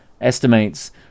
estimates